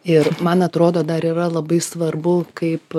ir man atrodo dar yra labai svarbu kaip